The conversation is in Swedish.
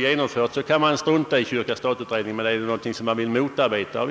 Detta är enligt min mening något inkonsekvent och